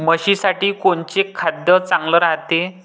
म्हशीसाठी कोनचे खाद्य चांगलं रायते?